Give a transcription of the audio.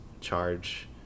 charge